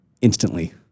instantly